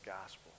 Gospel